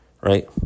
right